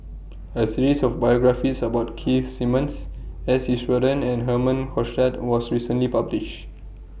A series of biographies about Keith Simmons S Iswaran and Herman Hochstadt was recently published